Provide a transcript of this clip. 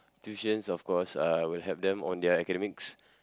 tuitions of course uh will help them on their academics